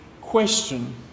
question